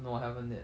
no haven't yet